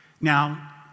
Now